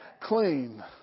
clean